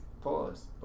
Pause